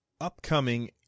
Upcoming